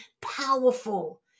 powerful